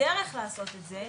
הדרך לעשות את זה.